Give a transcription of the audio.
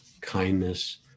kindness